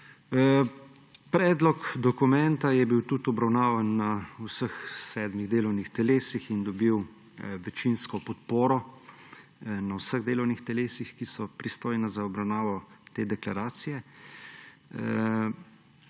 Predlog dokumenta je bil obravnavan na vseh sedmih delovnih telesih in dobil večinsko podporo na vseh delovnih telesih, ki so pristojna za obravnavo te deklaracije.